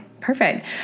Perfect